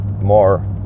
more